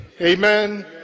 amen